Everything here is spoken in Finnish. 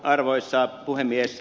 arvoisa puhemies